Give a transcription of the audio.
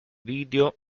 video